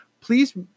please